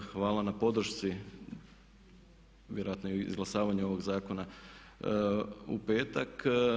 Hvala na podršci, vjerojatno i izglasavanju ovog zakona u petak.